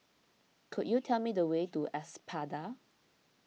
could you tell me the way to Espada